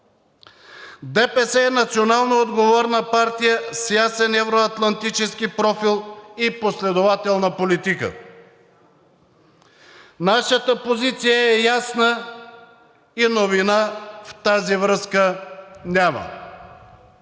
ДПС е националноотговорна партия с ясен евро атлантически профил и последователна политика. Нашата позиция е ясна и новина в тази връзка няма.